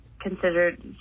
considered